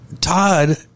todd